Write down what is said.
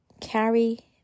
Carry